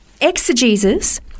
exegesis